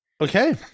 Okay